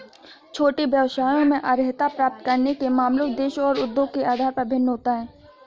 छोटे व्यवसायों में अर्हता प्राप्त करने के मामले में देश और उद्योग के आधार पर भिन्न होता है